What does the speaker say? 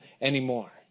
anymore